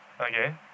Okay